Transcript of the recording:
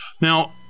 Now